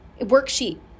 worksheet